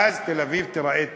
ואז תל-אביב תיראה טוב,